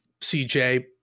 CJ